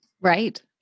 Right